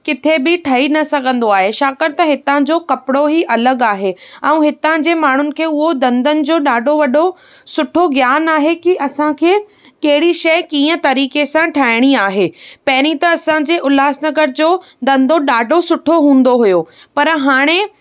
किथे बि ठही न सघिंदो आहे छाकाणि त हितां जो कपिड़ो ई अलॻि आहे ऐं हिता जे माण्हुनि खे उहो धंधनि जो ॾाढो वॾो सुठो ज्ञान आहे की असांखे कहिड़ी शइ कीअं तरीक़े सां ठाहिणी आहे पहिरीं त असांजे उल्हास नगर जो धंधो ॾाढो सुठो हूंदो हुयो पर हाणे